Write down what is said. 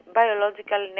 biological